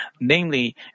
Namely